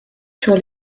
sur